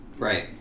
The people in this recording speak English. Right